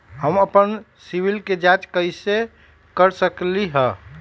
हम अपन सिबिल के जाँच कइसे कर सकली ह?